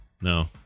No